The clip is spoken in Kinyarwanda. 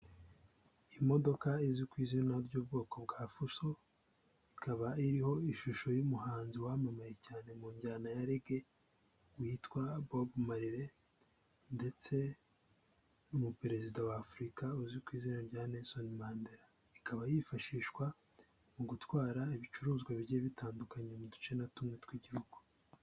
Imodoka izwi ku izina ry'ubwoko bwa fuso, ikaba iriho ishusho y'umuhanzi wamamaye cyane mu njyana ya rege, witwa Bob Marley, ndetse n'umuperezida wa Afurika uzwi ku izina rya Nelson Mandela, ikaba yifashishwa mu gutwara ibicuruzwa bigiye bitandukanye mu duce na tumwe tw'igihugu.